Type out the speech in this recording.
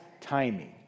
timing